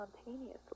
spontaneously